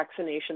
vaccinations